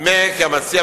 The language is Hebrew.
נדמה כי המציע,